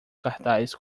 cartaz